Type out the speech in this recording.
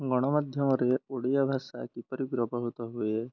ଗଣମାଧ୍ୟମରେ ଓଡ଼ିଆ ଭାଷା କିପରି ବ୍ୟବହୃତ ହୁଏ